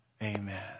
amen